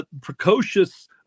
precocious